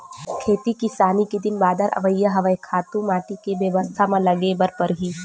खेती किसानी के दिन बादर अवइया हवय, खातू माटी के बेवस्था म लगे बर परही